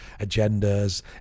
agendas